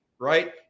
right